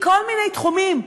מכל מיני תחומים,